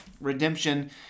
redemption